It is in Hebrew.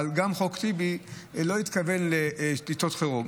אבל גם "חוק טיבי" לא התכוון לעיתות חירום,